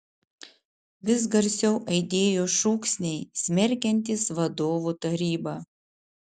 vis garsiau aidėjo šūksniai smerkiantys vadovų tarybą